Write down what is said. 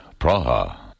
Praha